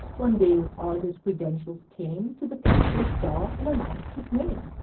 one day with all his credentials came to the capitol's door and announced his name.